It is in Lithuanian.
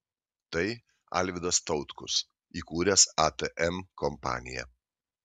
tai alvidas tautkus įkūręs atm kompaniją